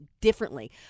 differently